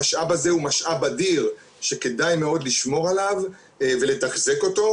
המשאב הזה הוא משאב אדיר שכדאי מאוד לשמור עליו ולתחזק אותו.